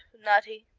nutty.